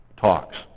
talks